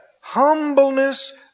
humbleness